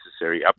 necessary